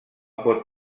pot